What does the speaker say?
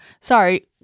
sorry